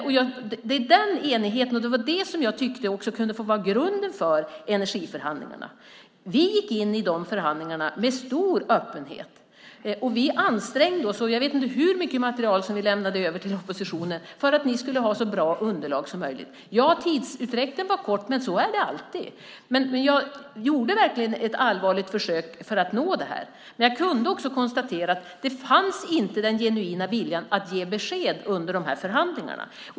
Det var den enigheten som jag tyckte också kunde få vara grunden för energiförhandlingarna. Vi gick in i de förhandlingarna med stor öppenhet. Vi ansträngde oss. Jag vet inte hur mycket material som vi lämnade över till oppositionen för att ni skulle ha så bra underlag som möjligt. Tidsutdräkten var kort, men så är det alltid. Jag gjorde verkligen ett allvarligt försök för att nå det här, men jag kunde också konstatera att den genuina viljan att ge besked inte fanns under de här förhandlingarna.